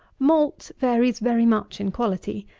malt varies very much in quality,